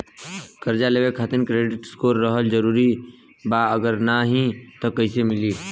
कर्जा लेवे खातिर क्रेडिट स्कोर रहल जरूरी बा अगर ना रही त कैसे मिली?